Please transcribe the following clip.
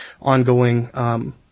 ongoing